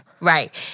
Right